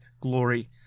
glory